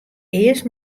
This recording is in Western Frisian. earst